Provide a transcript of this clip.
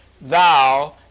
thou